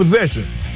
possession